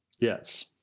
Yes